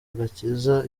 igakiza